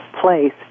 place